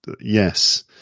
yes